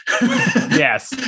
Yes